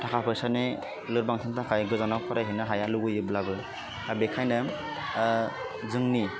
थाखा फैसानि लोरबांथिनि थाखाय गोजााव फरायहैनो हाया लुगैयोब्लाबो दा बेखायनो जोंनि